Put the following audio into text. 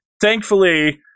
Thankfully –